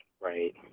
Right